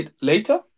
later